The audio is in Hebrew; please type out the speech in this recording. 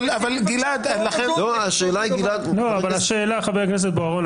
אבל גלעד --- השאלה היא גלעד --- חבר הכנסת בוארון,